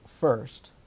first